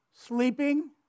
Sleeping